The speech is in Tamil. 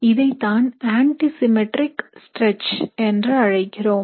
இதைத்தான் அண்டிசிம்மேற்றிக் ஸ்ட்ரெச் என்று அழைக்கிறோம்